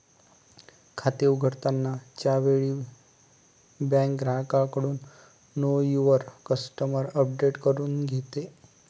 खाते उघडताना च्या वेळी बँक ग्राहकाकडून नो युवर कस्टमर अपडेट करून घेते